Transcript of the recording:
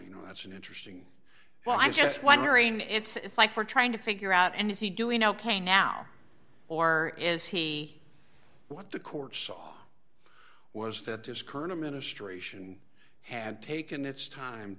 you know that's an interesting well i'm just wondering if it's like we're trying to figure out and is he doing ok now or is he what the court saw was that this current administration had taken its time